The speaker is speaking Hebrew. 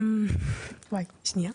רגע, שניה.